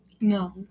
No